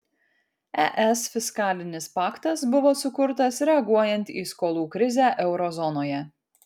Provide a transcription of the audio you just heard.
es fiskalinis paktas buvo sukurtas reaguojant į skolų krizę euro zonoje